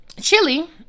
Chili